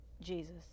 Jesus